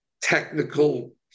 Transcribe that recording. technical